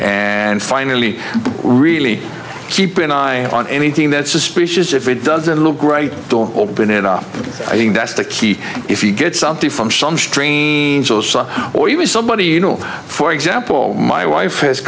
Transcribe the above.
and finally really keep an eye on anything that's suspicious if it doesn't look great they'll open it up i think that's the key if you get something from some strange or even somebody you know for example my wife has